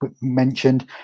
mentioned